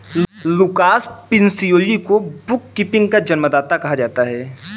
Lucas Pacioli को bookkeeping का जन्मदाता कहा जाता है